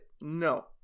No